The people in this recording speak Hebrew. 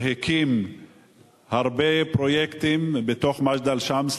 והקים הרבה פרויקטים בתוך מג'דל-שמס,